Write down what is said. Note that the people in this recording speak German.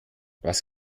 was